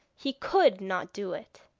he could not do it!